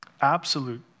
Absolute